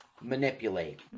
manipulate